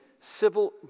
civil